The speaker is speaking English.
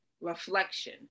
reflection